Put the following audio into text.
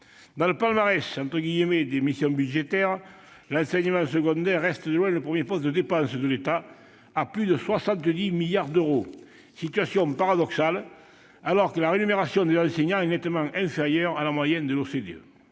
Dans le « palmarès » des missions budgétaires, l'enseignement scolaire reste de loin le premier poste de dépenses de l'État, avec plus de 70 milliards d'euros. Situation paradoxale, alors que la rémunération des enseignants est nettement inférieure à la moyenne de l'OCDE.